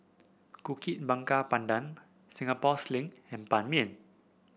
Kuih Bakar Pandan Singapore Sling and Ban Mian